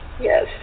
Yes